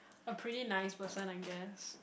a pretty nice person I guess